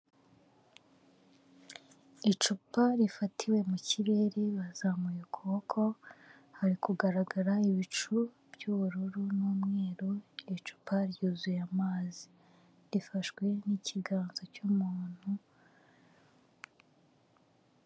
Icupa rifatiwe mu kirere bazamuye ukuboko, hari kugaragara ibicu by'ubururu n'umweru, icupa ryuzuye, amazi rifashwe n'ikiganza cy'umuntu.